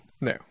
No